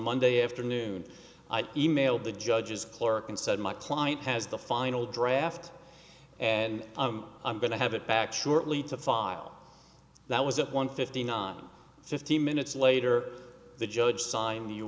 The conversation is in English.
monday afternoon i e mailed the judge's clerk and said my client has the final draft and i'm going to have it back shortly to file that was at one fifty nine fifteen minutes later the judge signed the you